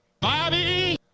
Bobby